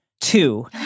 Two